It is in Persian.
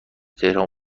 تهران